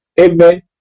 amen